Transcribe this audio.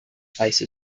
place